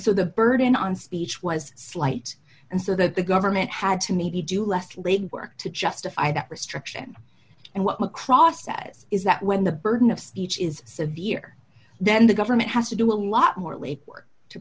so the burden on speech was slight and so that the government had to maybe do less leg work to justify that restriction and what macross says is that when the burden of speech is severe then the government has to do a lot more lake work to